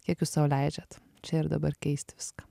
kiek jūs sau leidžiat čia ir dabar keist viską